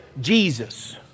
Jesus